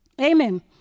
Amen